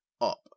up